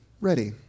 ready